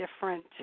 different